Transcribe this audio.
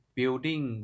Building